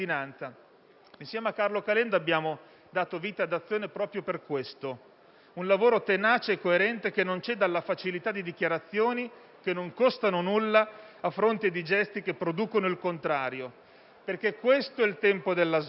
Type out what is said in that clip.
Insieme a Carlo Calenda abbiamo dato vita ad Azione proprio per questo: un lavoro tenace e coerente, che non ceda alla facilità di dichiarazioni che non costano nulla, a fronte di gesti che producono il contrario, perché questo è il tempo della svolta,